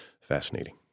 fascinating